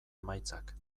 emaitzak